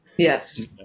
Yes